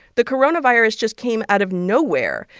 the coronavirus just came out of nowhere.